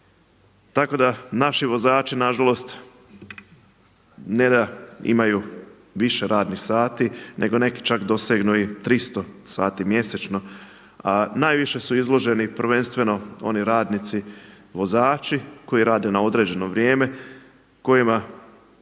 tako da naši vozači nažalost ne da imaju više radnih sati nego neki čak dosegnu i 300 sati mjesečno. A najviše su izloženi prvenstveno oni radnici vozači koji rade na određeno vrijeme, kojima